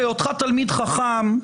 בהיותך תלמיד חכם,